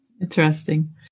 Interesting